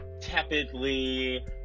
tepidly